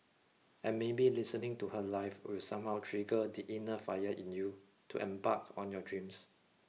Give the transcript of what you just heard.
and maybe listening to her live will somehow trigger the inner fire in you to embark on your dreams